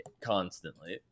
constantly